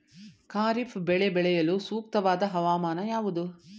ಖಾರಿಫ್ ಬೆಳೆ ಬೆಳೆಯಲು ಸೂಕ್ತವಾದ ಹವಾಮಾನ ಯಾವುದು?